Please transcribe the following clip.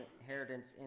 inheritance